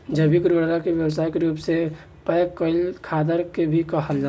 जैविक उर्वरक के व्यावसायिक रूप से पैक कईल खादर के भी कहाला